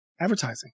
advertising